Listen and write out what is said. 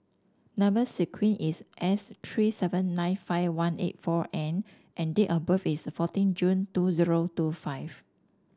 number sequence is S three seven nine five one eight four N and date of birth is fourteen June two zero two five